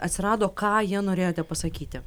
atsirado ką ja norėjote pasakyti